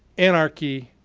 anarchy,